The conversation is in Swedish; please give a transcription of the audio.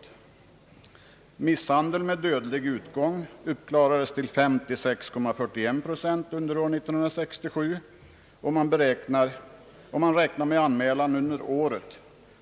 Brott med rubriceringen misshandel med dödlig utgång klarades under 1967 upp till 56,41 procent, om man räknar med anmälningarna under detta år,